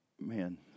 man